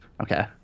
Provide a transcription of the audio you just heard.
Okay